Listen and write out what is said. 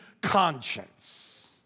conscience